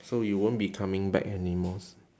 so you won't be coming back anymores